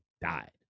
died